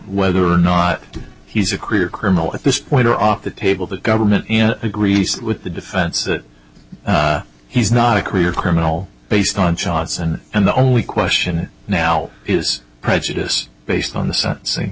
whether or not he's a career criminal at this point are off the table the government agrees with the defense that he's not a career criminal based on shots and and the only question now is prejudice based on the se